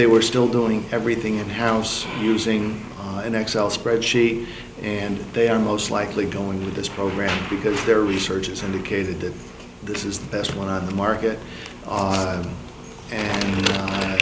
they were still doing everything in house using an excel spreadsheet and they are most likely going with this program because their research has indicated that this is the best one on the market and